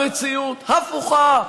המציאות הפוכה.